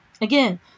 again